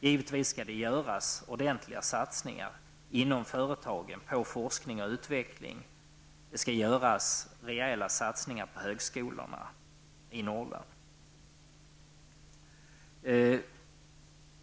Givetvis skall det göras ordentliga satsningar inom företagen på forskning och utveckling. Och det skall göras rejäla satsningar på högskolorna i Norrland.